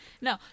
No